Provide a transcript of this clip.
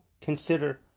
consider